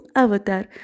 avatar